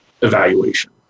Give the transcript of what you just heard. evaluation